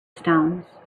stones